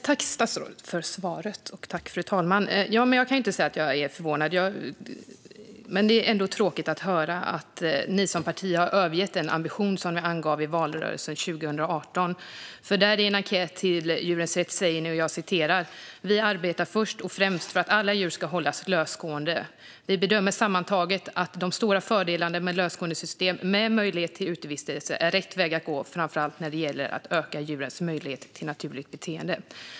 Fru talman! Tack, statsrådet, för svaret! Jag kan inte säga att jag är förvånad, men det är ändå tråkigt att höra att Socialdemokraterna som parti har övergett den ambition som ni angav i valrörelsen 2018. I en enkät från Djurens Rätt sa ni då: Vi arbetar först och främst för att alla djur ska hållas lösgående. Vi bedömer sammantaget att de stora fördelarna med lösgående system, med möjlighet till utevistelse, är rätt väg att gå framför allt när det gäller att öka djurens möjlighet till naturligt beteende.